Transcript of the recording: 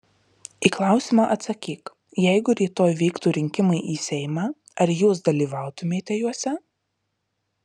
į klausimą atsakyk jeigu rytoj vyktų rinkimai į seimą ar jūs dalyvautumėte juose